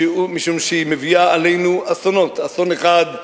משום שהיא מביאה עלינו אסונות: אסון אחד,